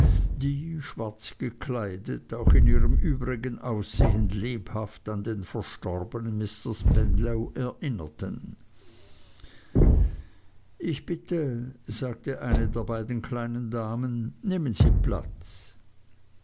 die schwarz gekleidet auch in ihrem übrigen aussehen lebhaft an den verstorbenen mr spenlow erinnerten ich bitte sagte eine der beiden kleinen damen nehmen sie platz